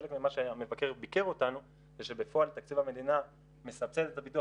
חלק ממה שהמבקר ביקר אותנו זה שבפועל תקציב המדינה מסבסד את הביטוח